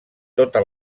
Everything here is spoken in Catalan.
tota